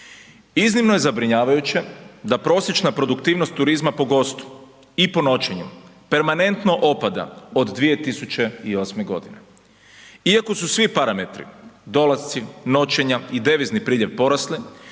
Iznimno je zabrinjavajuće da prosječna produktivnost turizma po gostu i po noćenju permanentno opada od 2008.g. Iako su svi parametri, dolasci, noćenja i devizni priljev porasli,